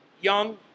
young